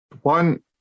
One